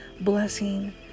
blessing